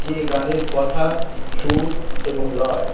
যে গানের কথা সুর এবং লয়